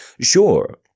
Sure